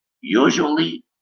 usually